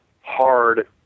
hard